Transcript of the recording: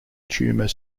tumor